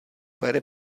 bere